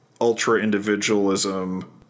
ultra-individualism